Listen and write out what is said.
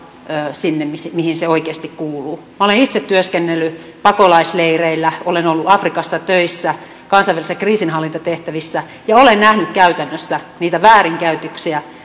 sinne mihin se oikeasti kuuluu minä olen itse työskennellyt pakolaisleireillä olen ollut afrikassa töissä kansainvälisissä kriisinhallintatehtävissä ja olen nähnyt käytännössä niitä väärinkäytöksiä